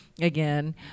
again